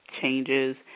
changes